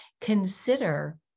consider